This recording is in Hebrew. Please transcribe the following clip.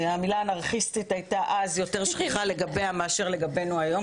המילה אנרכיסטית הייתה אז יותר שכיחה לגביה מאשר לגבינו היום.